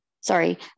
Sorry